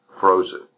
frozen